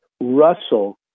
Russell